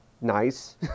nice